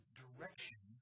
direction